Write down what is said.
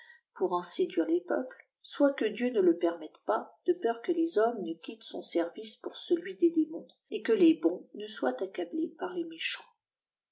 pour en séduire les peuples soit que dieu ne le permette pas de peur qme les hommes ne quittent son service pour celui des démons et que les bons rie soient accablés par les méchants